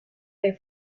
their